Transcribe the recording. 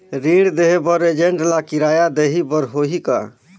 ऋण देहे बर एजेंट ला किराया देही बर होही का?